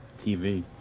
TV